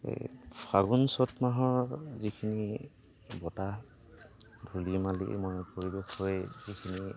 এই ফাগুন চ'ত মাহৰ যিখিনি বতাহ ধূলি বালিময় পৰিৱেশ হৈ যিখিনি